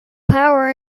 power